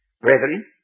Brethren